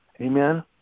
Amen